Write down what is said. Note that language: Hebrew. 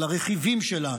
על הרכיבים שלה,